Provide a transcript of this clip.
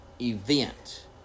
event